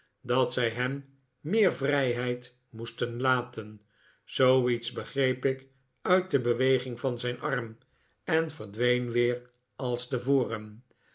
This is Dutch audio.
dat zij hem meer vrijheid moesten laten zooiets begreep ik uit de beweging van zijn arm en verdween weer als tevoren